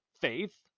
faith